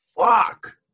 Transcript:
fuck